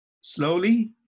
Slowly